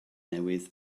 newydd